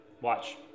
Watch